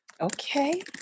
Okay